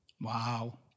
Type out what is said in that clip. Wow